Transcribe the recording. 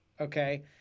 okay